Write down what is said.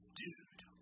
dude